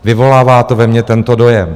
Vyvolává to ve mně tento dojem.